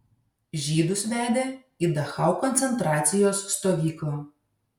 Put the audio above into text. žydus vedė į dachau koncentracijos stovyklą